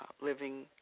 living